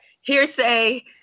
hearsay